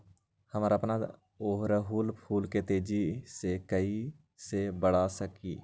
हम अपना ओरहूल फूल के तेजी से कई से बड़ा करी?